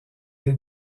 des